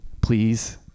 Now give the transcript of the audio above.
please